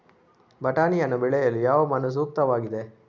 ಬಟಾಣಿಯನ್ನು ಬೆಳೆಯಲು ಯಾವ ಮಣ್ಣು ಸೂಕ್ತವಾಗಿದೆ?